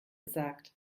gesagt